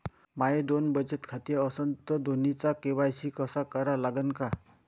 माये दोन बचत खाते असन तर दोन्हीचा के.वाय.सी करा लागन का?